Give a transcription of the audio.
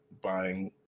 buying